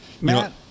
Matt